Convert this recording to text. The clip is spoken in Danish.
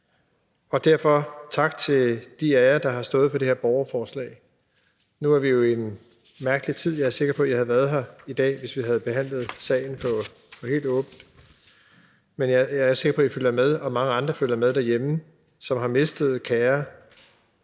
Derfor tak til de af jer, der har stået for det her borgerforslag. Nu er vi jo i en mærkelig tid. Jeg er sikker på, at I havde været her i dag, hvis vi havde behandlet sagen helt åbent, men jeg er sikker på, at I følger med, og at mange andre, som har mistet kære,